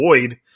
void